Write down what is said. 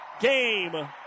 game